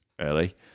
early